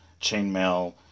chainmail